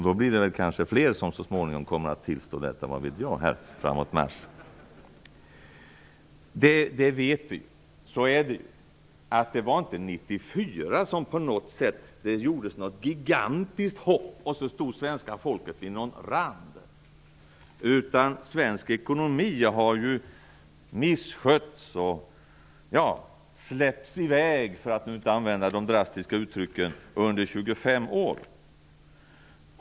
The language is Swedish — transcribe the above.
Då blir det kanske fler som kommer att tillstå detta framåt mars, vad vet jag. Så är det ju. Det var inte 1994 som det gjordes något gigantiskt hopp och så stod sedan svenska folket vid någon sorts rand. Svensk ekonomi har ju misskötts och - för att inte använda de drastiska uttrycken - släppts i väg under 25 år.